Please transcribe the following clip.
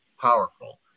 powerful